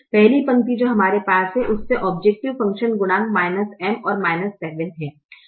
पहली पंक्ति जो हमारे पास हैं उससे औब्जैकटिव फ़ंक्शन गुणांक M और 7 हैं